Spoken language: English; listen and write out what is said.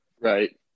Right